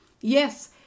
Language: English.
Yes